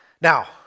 now